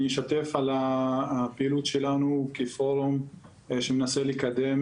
אני אשתף על הפעילות שלנו כפורום שמנסה לקדם